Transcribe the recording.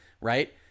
right